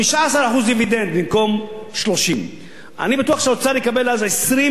במקום 30%. אני בטוח שהאוצר יקבל אז 20 מיליארד שקל לפחות,